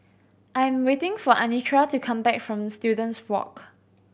I am waiting for Anitra to come back from Students Walk